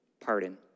pardon